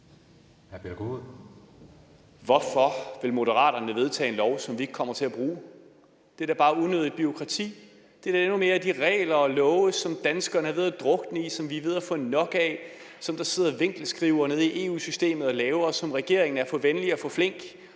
Hvorfor vil Moderaterne vedtage en lov, som vi ikke kommer til at bruge? Det er da bare unødigt bureaukrati. Det er da endnu mere af de regler og love, som danskerne er ved at drukne i, som vi er ved at få nok af, som der sidder vinkelskrivere nede i EU-systemet og laver, og som regeringen er for venlig og for flink